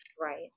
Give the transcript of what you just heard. Right